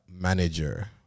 manager